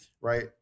right